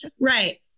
Right